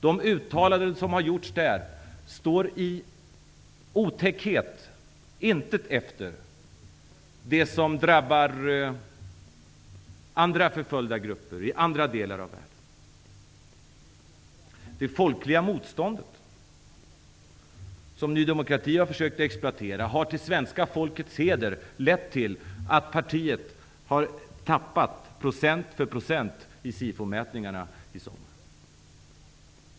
De uttalanden som har gjorts där står i otäckhet intet efter det som drabbar andra förföljda grupper i andra delar av världen. Det folkliga motståndet, som Ny demokrati har försökt att exploatera, har till svenska folkets heder lett till att partiet har tappat procent efter procent i SIFO-mätningarna i sommar.